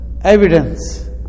evidence